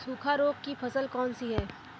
सूखा रोग की फसल कौन सी है?